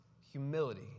humility